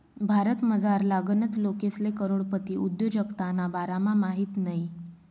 भारतमझारला गनच लोकेसले करोडपती उद्योजकताना बारामा माहित नयी